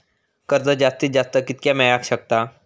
कर्ज जास्तीत जास्त कितक्या मेळाक शकता?